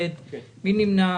הצבעה הצו אושר.